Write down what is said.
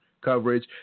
coverage